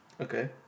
Okay